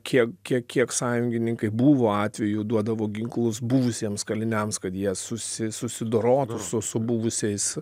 kiek kiek kiek sąjungininkai buvo atvejų duodavo ginklus buvusiems kaliniams kad jie susi susidorotų su su buvusiais